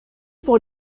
pour